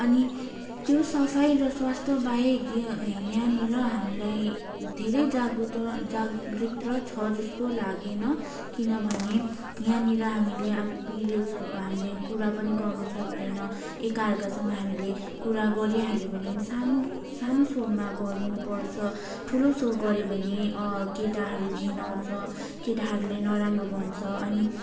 अनि त्यो सफाइ र स्वास्थ्य बाहेक यो यहाँनिर हामीलाई धेरै जागरूक जागृति छ जस्तो लागेन किनभने यहाँनिर हामीले अब पिरेड्सहरूको हामीले कुरा पनि गर्नु सक्दैन एकाआर्कासँग हामीले कुरा गरिहालियो भने पनि सानो सानो स्वरमा गर्नुपर्छ ठुलो स्वर गऱ्यो भने केटाहरू घिनाउँछ केटाहरूले नराम्रो भन्छ अनि